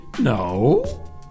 No